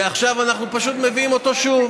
ועכשיו אנחנו פשוט מביאים אותו שוב.